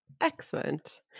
Excellent